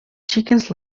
chickens